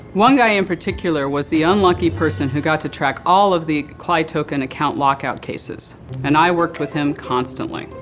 one guy in particular was the unlucky person who got to track all of the client token account lockout cases and i worked with him constantly.